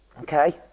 Okay